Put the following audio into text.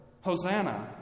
Hosanna